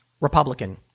Republican